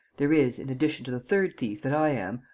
there is, in addition to the third thief that i am,